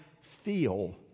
feel